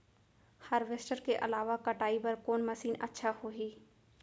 Harvester के अलावा कटाई बर कोन मशीन अच्छा होही?